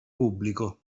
pubblico